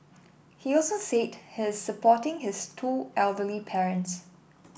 he also said he is supporting his two elderly parents